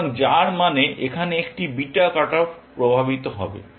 সুতরাং যার মানে এখানে একটি বিটা কাট অফ প্রভাবিত হবে